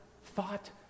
thought